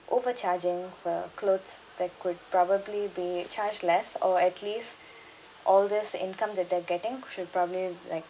overcharging for clothes that could probably be charged less or at least all this income that they're getting should probably like